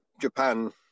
Japan